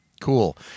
cool